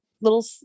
little